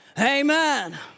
Amen